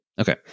Okay